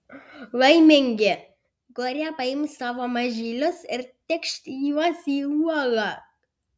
laimingi kurie paims tavo mažylius ir tėkš juos į uolą